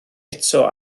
eto